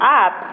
up